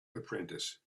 apprentice